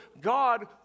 God